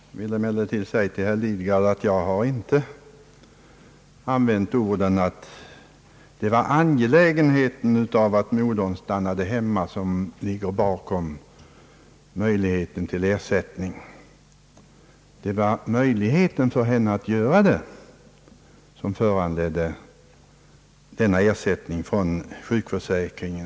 Jag vill emellertid till herr Lidgard säga att det inte var angelägenheten av att modern stannar hemma som på sin tid låg bakom förslaget om denna sjukpenning: Det var önskemålet att bereda modern möjlighet att stanna hemma hos barnet som föranledde ersättningen från sjukförsäkring en.